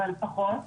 אבל פחות.